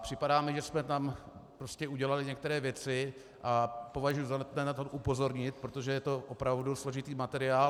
Připadá mi, že jsme tam udělali některé věci, a považuji za nutné na to upozornit, protože je to opravdu složitý materiál.